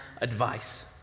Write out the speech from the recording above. advice